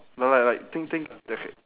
no like like think think there c~